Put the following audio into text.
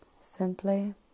Simply